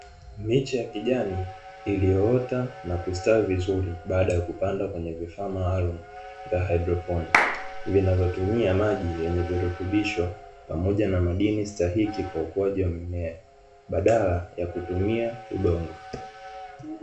Miche ya kijani iliyoota na kustawi vizuri, baada ya kupandwa kwenye vifaa maalumu vya hydroponi, vinayotumia maji yenye virutubisho pamoja na madini staihiki kwa ukuaji wa mimea, badala ya kutumia udongo.